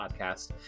Podcast